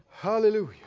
Hallelujah